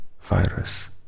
virus